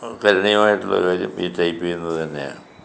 കരുണ്യമായിട്ടുള്ള കാര്യം ഈ ടൈപ്പ് ചെയ്യുന്നത് തന്നെയാ